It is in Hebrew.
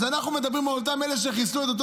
אז אנחנו מדברים על אותם אלה שחיסלו את אותו